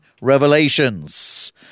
revelations